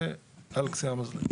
זה על קצה המזלג.